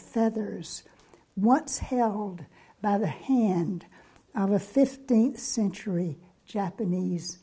feathers once held by the hand of a fifteenth century japanese